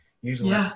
usually